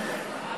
תודה.